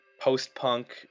post-punk